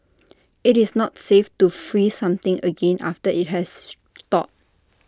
IT is not safe to freeze something again after IT has thawed